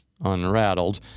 Unrattled